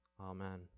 Amen